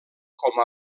com